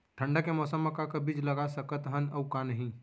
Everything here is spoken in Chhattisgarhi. ठंडा के मौसम मा का का बीज लगा सकत हन अऊ का नही?